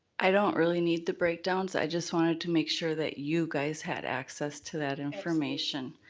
i don't really need the breakdowns. i just wanted to make sure that you guys had access to that information.